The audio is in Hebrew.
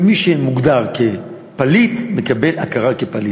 ומי שמוגדר כפליט מקבל הכרה כפליט.